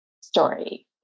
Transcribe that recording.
story